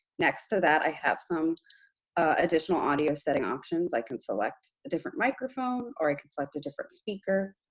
next to that i have some additional audio setting options, i can select a different microphone, or i can select a different speaker,